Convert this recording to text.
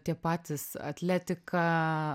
tie patys atletika